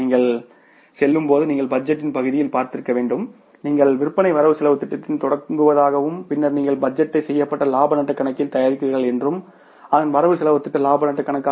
நீங்கள் செல்லும்போது நீங்கள் பட்ஜெட் பகுதியில் பார்த்திருக்க வேண்டும் நீங்கள் விற்பனை வரவுசெலவுத் திட்டத்துடன் தொடங்குவதாகவும் பின்னர் நீங்கள் பட்ஜெட் செய்யப்பட்ட லாப நட்டக் கணக்கைத் தயாரிக்கிறீர்கள் என்றும் அதனால் வரவு செலவுத் திட்ட இலாப நட்டக் கணக்கு